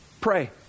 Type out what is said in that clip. pray